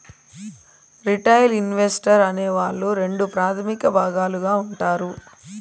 retail investor అనే వాళ్ళు రెండు ప్రాథమిక భాగాలుగా ఉంటారు